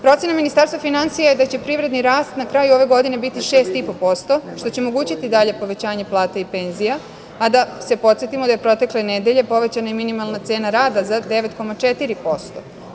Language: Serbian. Procena Ministarstva finansija da će privredni rast na kraju ove godine biti 6,5%, što će omogućiti i dalje povećanje plata i penzija, a da se podsetimo da je protekle nedelje povećana i minimalna cena rada za 9,4%